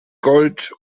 gold